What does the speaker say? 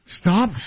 Stop